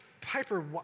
Piper